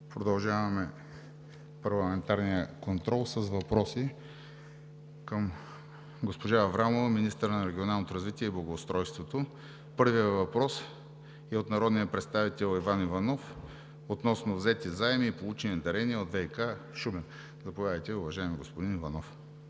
продължаваме парламентарния контрол с въпроси към госпожа Аврамова, министър на регионалното развитие и благоустройството. Първият въпрос е от народния представител Иван Валентинов Иванов относно взети заеми и получени дарения от ВиК – Шумен. Заповядайте, уважаеми господин Иванов.